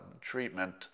treatment